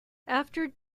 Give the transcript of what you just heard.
after